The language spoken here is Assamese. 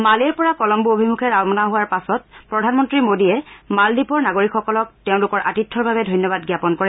মালেৰ পৰা কলম্বো অভিমুখে ৰাওনা হোৱাৰ পাছত প্ৰধানমন্ত্ৰী মোডীয়ে মালদ্বীপৰ নাগৰিকসকলক তেওঁলোকৰ আতিথ্যৰ বাবে ধন্যবাদ জাপন কৰে